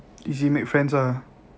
easy make friends ah